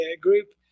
group